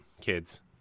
kids